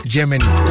Germany